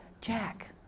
Jack